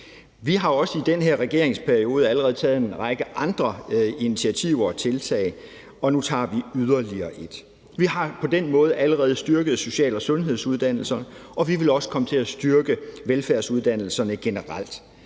Vi har også i den her regeringsperiode allerede taget en række andre initiativer og tiltag, og nu tager vi yderligere et. Vi har på den måde allerede styrket social- og sundhedsuddannelser, og vi vil også komme til at styrke velfærdsuddannelserne generelt.